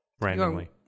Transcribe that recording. randomly